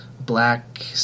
black